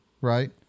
right